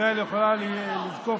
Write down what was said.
תודה